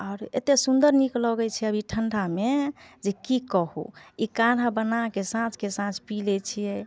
आओर एते सुन्दर नीक लगै छै अभी ठण्डा मे जे की कहुँ ई काढ़ा बनाके साँझ के साँझ पी लै छियै